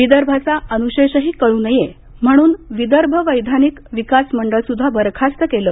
विदर्भाचा अनुशेषही कळू नये म्हणून विदर्भ वैधानिक विकास मंडळ सुद्धा बरखास्त केलं